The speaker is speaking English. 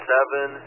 Seven